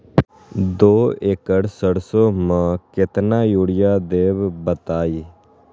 दो एकड़ सरसो म केतना यूरिया देब बताई?